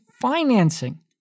financing